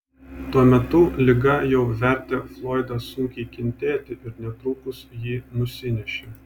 tuo metu liga jau vertė froidą sunkiai kentėti ir netrukus jį nusinešė